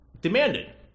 demanded